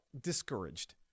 discouraged